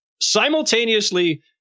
simultaneously